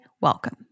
Welcome